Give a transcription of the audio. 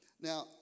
Now